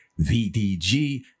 VDG